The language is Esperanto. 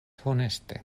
honeste